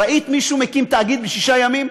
ראית מישהו מקים תאגיד בשישה ימים?